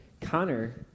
Connor